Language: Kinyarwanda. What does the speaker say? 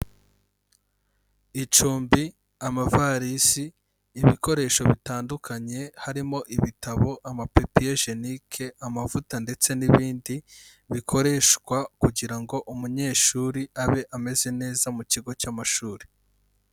Icumbi, amavarisi, ibikoresho bitandukanye harimo ibitabo, amapepiyejeniki, amavuta ndetse n'ibindi bikoreshwa kugira ngo umunyeshuri abe ameze neza mu kigo cy'amashuri.